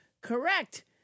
correct